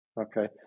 okay